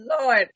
Lord